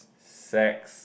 sex